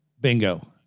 Bingo